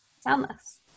soundless